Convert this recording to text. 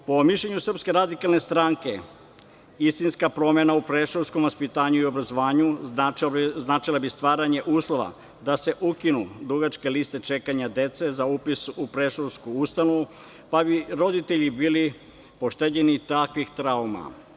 Po mišljenju SRS, istinska promena u predškolskom vaspitanju i obrazovanju značila bi stvaranje uslova da se ukinu dugačke liste čekanja dece za upis u predškolsku ustanovu, pa bi roditelji bili pošteđeni takvih trauma.